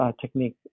technique